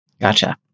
Gotcha